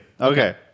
Okay